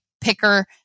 picker